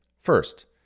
First